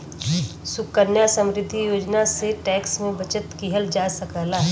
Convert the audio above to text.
सुकन्या समृद्धि योजना से टैक्स में बचत किहल जा सकला